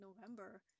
November